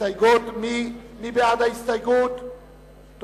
ג'מאל זחאלקה וחנין זועבי לסעיף 8 לא נתקבלה.